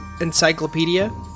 encyclopedia